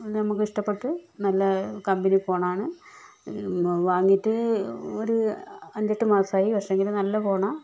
നമുക്ക് ഇഷ്ടപ്പെട്ട് നല്ല കമ്പനി ഫോണാണ് ഈ വാങ്ങിയിട്ട് ഒരു അഞ്ചെട്ട് മാസമായി പക്ഷെങ്കിൽ നല്ല ഫോണാണ്